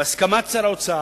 ובהסכמת שר האוצר,